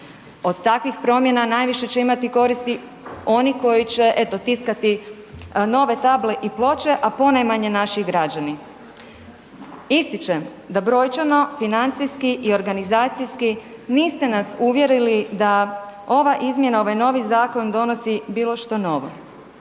Od takvih promjena najviše će imati koristi oni koji će eto tiskati nove table i ploče, a ponajmanje naši građani. Ističem da brojčano, financijski i organizacijski niste nas uvjerili da ova izmjena, ovaj novi zakon donosi bilo što novo,